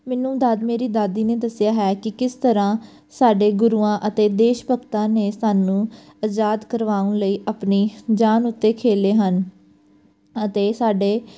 ਮੈਨੂੰ ਦਦ ਮੇਰੀ ਦਾਦੀ ਨੇ ਦੱਸਿਆ ਹੈ ਕਿ ਕਿਸ ਤਰ੍ਹਾਂ ਸਾਡੇ ਗੁਰੂਆਂ ਅਤੇ ਦੇਸ਼ ਭਗਤਾਂ ਨੇ ਸਾਨੂੰ ਆਜ਼ਾਦ ਕਰਵਾਉਣ ਲਈ ਆਪਣੀ ਜਾਨ ਉੱਤੇ ਖੇਡੇ ਹਨ ਅਤੇ ਸਾਡੇ